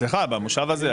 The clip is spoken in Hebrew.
אצלך במושב הזה,